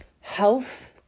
health